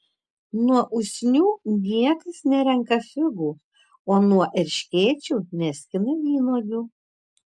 nuo usnių niekas nerenka figų o nuo erškėčių neskina vynuogių